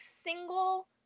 single